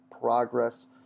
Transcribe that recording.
progress